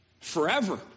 Forever